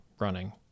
running